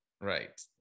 right